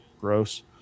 Gross